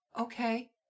okay